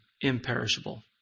imperishable